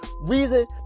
reason